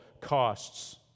costs